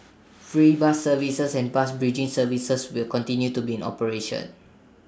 free bus services and bus bridging services will continue to be in operation